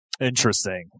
interesting